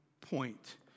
point